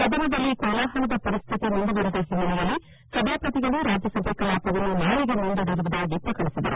ಸದನದಲ್ಲಿ ಕೋಲಾಹಲದ ಪರಿಸ್ಥಿತಿ ಮುಂದುವರೆದ ಹಿನ್ನೆಲೆಯಲ್ಲಿ ಸಭಾಪತಿಗಳು ರಾಜ್ಯಸಭೆಯ ಕಲಾಪವನ್ನು ನಾಳಿಗೆ ಮುಂದೂಡಿರುವುದಾಗಿ ಪ್ರಕಟಿಸಿದರು